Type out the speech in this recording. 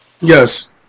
Yes